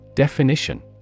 Definition